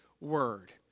word